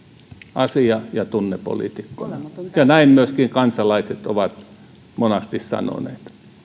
asia ja tunnepoliitikkona näin myöskin kansalaiset ovat monasti sanoneet